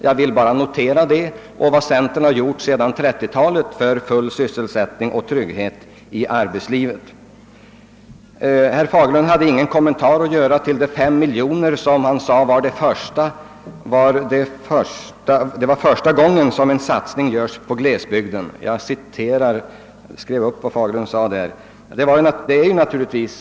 Jag vill bara notera det och påpeka vad centern har gjort sedan 1930 talet för full sysselsättning och trygghet i arbetslivet. Herr Fagerlund hade inga kommentarer att göra till de fem miljonerna till glesbygderna. Han sade att det är första gången som en satsning görs för glesbygden — jag skrev upp vad herr Fagerlund sade på den punkten. Det var ju ett erkännande.